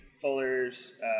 Fuller's